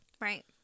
Right